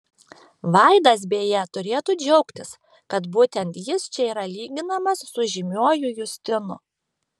vaidas beje turėtų džiaugtis kad būtent jis čia yra lyginamas su žymiuoju justinu